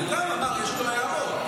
הוא גם אמר שיש לו הערות.